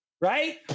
right